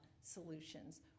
solutions